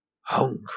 Hungry